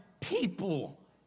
people